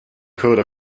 code